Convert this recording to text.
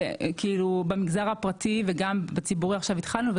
במגזר הפרטי וגם בציבורי עכשיו התחלנו,